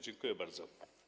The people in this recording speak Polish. Dziękuję bardzo.